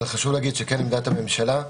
אבל עמדת הממשלה,